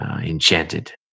enchanted